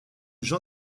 jean